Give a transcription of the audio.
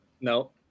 No